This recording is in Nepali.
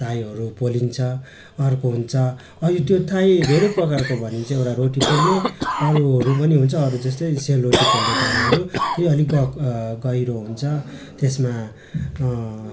ताईहरू पोलिन्छ अर्को हुन्छ अनि त्यो ताई धेरै प्रकारको भने चाहिँ एउटा रोटी पोल्ने अरूहरू पनि हुन्छ अरू जस्तै सेलरोटी पोल्ने ताइहरू त्यही अलिक गक गहिरो हुन्छ त्यसमा